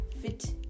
fit